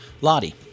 Lottie